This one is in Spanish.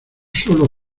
sólo